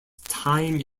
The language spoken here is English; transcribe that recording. time